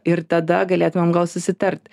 ir tada galėtumėm gal susitart